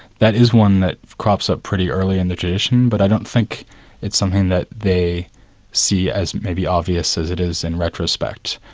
that is one that crops up pretty early in the tradition, but i don't think it's something that they see as maybe obvious as it is in retrospect.